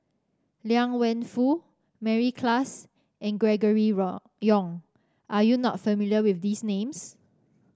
Liang Wenfu Mary Klass and Gregory Yong are you not familiar with these names